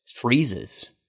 freezes